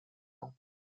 ans